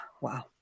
Wow